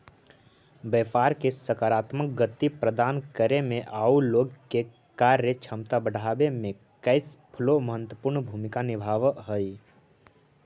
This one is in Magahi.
व्यापार के सकारात्मक गति प्रदान करे में आउ लोग के क्रय क्षमता बढ़ावे में कैश फ्लो महत्वपूर्ण भूमिका निभावऽ हई